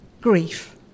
grief